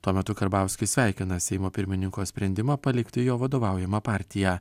tuo metu karbauskis sveikina seimo pirmininko sprendimą palikti jo vadovaujamą partiją